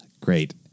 great